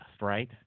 right